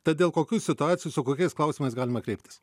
tad dėl kokių situacijų su kokiais klausimais galima kreiptis